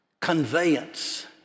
conveyance